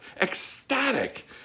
ecstatic